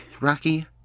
rocky